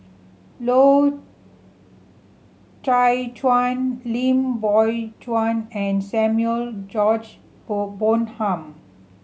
Loy Chye Chuan Lim Biow Chuan and Samuel George Bonham